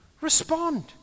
Respond